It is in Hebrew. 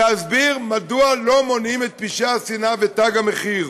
להסביר מדוע לא מונעים פשעי שנאה ו"תג מחיר".